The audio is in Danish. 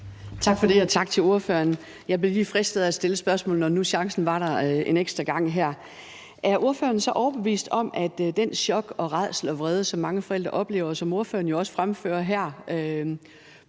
Tak for det, og tak til ordføreren. Jeg blev lige fristet til at stille et spørgsmål, når nu chancen var der en ekstra gang her. Med det chok og den rædsel og vrede, som mange forældre oplever, og som ordføreren også fremfører her